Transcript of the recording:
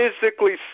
physically